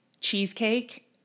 cheesecake